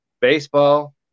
baseball